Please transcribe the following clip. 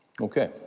Okay